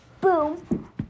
boom